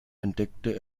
entdeckte